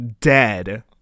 dead